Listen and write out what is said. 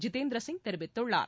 ஜிதேந்திர சிங் தெிவித்துள்ளார்